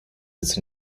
its